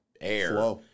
air